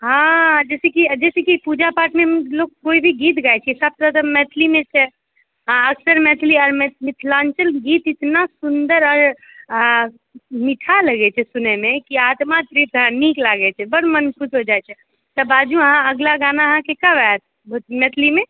हँ जैसे कि जैसे कि पूजा पाठमे लोक कोइ भी गीत गाबैत छै सभटा तऽ मैथिलीमे छै आओर फेर मैथिली आओर मिथलाञ्चल गीत एतना सुन्दर आओर मीठा लगैत छै सुनयमे कि आत्मा तृप्त हँ नीक लागैत छै बड्ड मोन खुश हो जाइत छै तऽ बाजू अहाँ अगिला गाना अहाँ ककर आयत मैथिलीमे